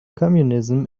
communism